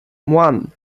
one